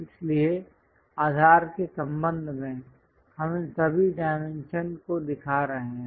इसलिए आधार के संबंध में हम इन सभी डायमेंशन को दिखा रहे हैं